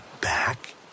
back